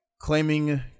claiming